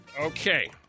Okay